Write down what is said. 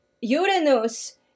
uranus